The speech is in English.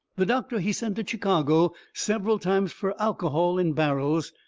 the doctor, he sent to chicago several times fur alcohol in barrels,